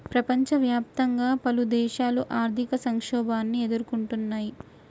ప్రపంచవ్యాప్తంగా పలుదేశాలు ఆర్థిక సంక్షోభాన్ని ఎదుర్కొంటున్నయ్